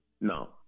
No